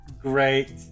great